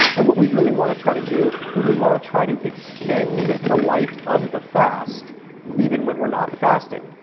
and what we really want to try to do is we want to try to extend the life of the fast even when we're not fasting.